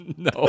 No